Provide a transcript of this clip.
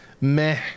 Meh